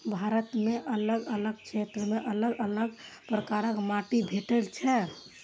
भारत मे अलग अलग क्षेत्र मे अलग अलग प्रकारक माटि भेटै छै